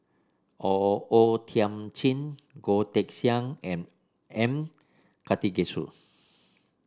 O O Thiam Chin Goh Teck Sian and M Karthigesu